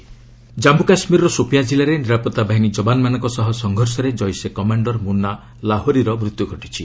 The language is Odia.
କେକେ ଗନ୍ଫାଇଟ୍ ଜାମ୍ମୁ କାଶ୍ମୀରର ସୋପିଆଁ କିଲ୍ଲାରେ ନିରାପତ୍ତା ବାହିନୀ ଯବାନମାନଙ୍କ ସହ ସଂଘର୍ଷରେ ଜେିସେ କମାଣ୍ଡର ମୁନା ଲାହୋରୀର ମୃତ୍ୟୁ ଘଟିଛି